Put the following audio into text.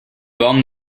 bornes